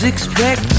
Expect